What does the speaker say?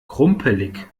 krumpelig